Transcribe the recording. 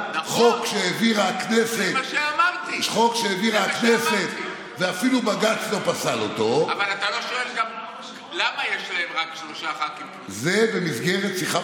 ולתת לגיטימציה למעשים ולא לקרוא להם אחר כך "פשיעה",